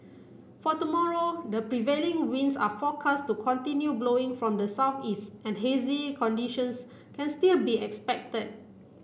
for tomorrow the prevailing winds are forecast to continue blowing from the southeast and hazy conditions can still be expected